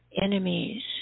enemies